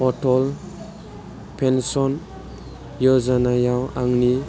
अचल पेनसन यजना याव आंनि